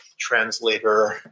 translator